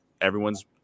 everyone's